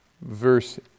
verse